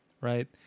right